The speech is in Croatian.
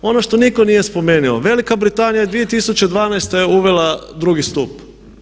Ono što nitko nije spomenuo, Velika Britanija je 2012. uvela drugi stup.